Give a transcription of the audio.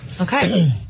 Okay